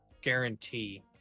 guarantee